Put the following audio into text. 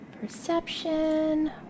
Perception